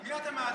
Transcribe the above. את מי אתה מעדיף,